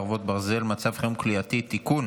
חרבות ברזל) (מצב חירום כליאתי) (תיקון),